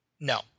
No